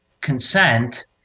consent